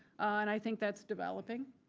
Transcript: and i think that's developing.